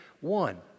One